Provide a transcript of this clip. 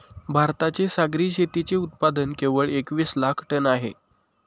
भारताचे सागरी शेतीचे उत्पादन केवळ एकवीस लाख टन आहे